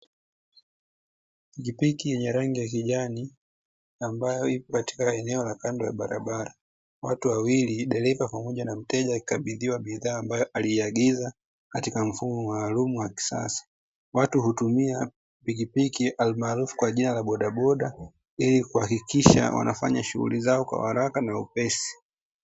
Pikipiki yenye rangi ya kijani, ambayo ipo katika eneo la kando ya barabara. Watu wawili dereva pamoja na mteja wakikabidhiwa bidhaa ambayo waliiagiza, katika mfumo maalumu na wa kisasa ambayo watu hutumia pikipiki almaarufu kwa jina la bodaboda, ili kuhakikisha wanafanya shughuli zao kwa haraka na wepesi.